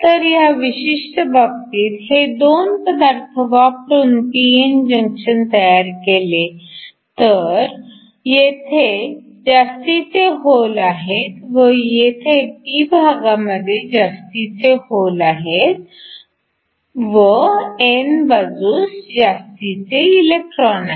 तर ह्या विशिष्ट बाबतीत हे दोन पदार्थ वापरून p n जंक्शन तयार केले तर येथे जास्तीचे होल आहेत व येथे p भागामध्ये जास्तीचे होल आहेत व n बाजूस जास्तीचे इलेक्ट्रॉन आहेत